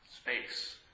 Space